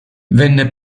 venne